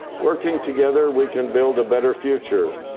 working together, we can build a better future.